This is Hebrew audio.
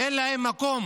אין להם מקום